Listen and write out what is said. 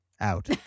out